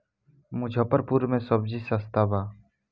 मुजफ्फरपुर में सबजी सस्ता बा